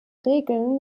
regeln